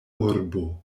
urbo